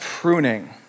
pruning